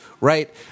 Right